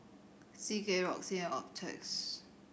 C K Roxy and Optrex